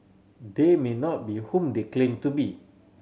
they may not be whom they claim to be